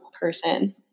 person